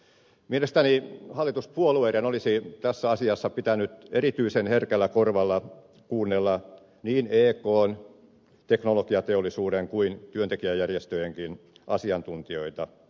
mielestäni hallituspuolueiden olisi tässä asiassa pitänyt erityisen herkällä korvalla kuunnella niin ekn teknologiateollisuuden kuin työntekijäjärjestöjenkin asiantuntijoita